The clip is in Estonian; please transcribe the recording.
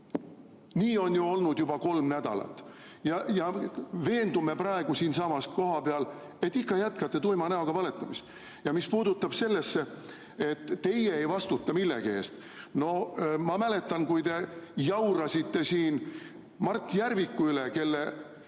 nii on olnud juba kolm nädalat. Veendume praegu siinsamas kohapeal, et ikka jätkate tuima näoga valetamist. Ja mis puutub sellesse, et teie ei vastuta millegi eest. No ma mäletan, kui te jaurasite siin Mart Järviku üle, kelle